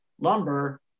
lumber